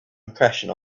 impression